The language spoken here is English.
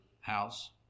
house